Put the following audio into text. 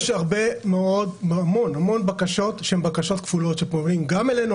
יש המון בקשות שהן בקשות כפולות כאשר פונים גם אלינו,